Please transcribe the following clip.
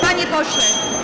Panie pośle.